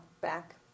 back